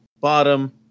bottom